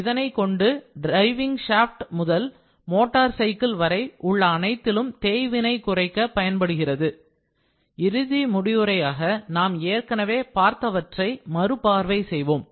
இதனைக் கொண்டு driving shaft முதல் மோட்டார் சைக்கிள் வரை உள்ள அனைத்திலும் தேய்வினை குறைக்க பயன்படுகின்றது இறுதி முடிவுரையாக நாம் ஏற்கனவே பார்த்தவற்றை மறு பார்வை செய்வோம்